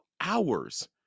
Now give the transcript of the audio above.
hours